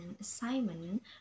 assignment